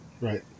Right